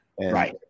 Right